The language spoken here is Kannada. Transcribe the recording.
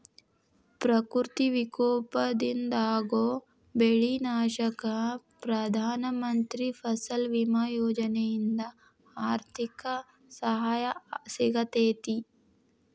ಪ್ರಕೃತಿ ವಿಕೋಪದಿಂದಾಗೋ ಬೆಳಿ ನಾಶಕ್ಕ ಪ್ರಧಾನ ಮಂತ್ರಿ ಫಸಲ್ ಬಿಮಾ ಯೋಜನೆಯಿಂದ ಆರ್ಥಿಕ ಸಹಾಯ ಸಿಗತೇತಿ